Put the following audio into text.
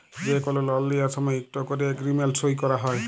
যে কল লল লিয়ার সময় ইকট ক্যরে এগ্রিমেল্ট সই ক্যরা হ্যয়